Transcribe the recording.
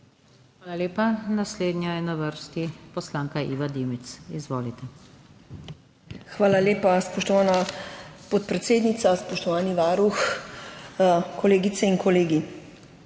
Hvala lepa. Naslednja je na vrsti poslanka Iva Dimic. Izvolite. **IVA DIMIC (PS NSi):** Hvala lepa, spoštovana podpredsednica! Spoštovani varuh, kolegice in kolegi!